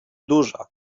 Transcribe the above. duża